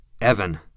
Evan